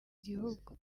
gihugu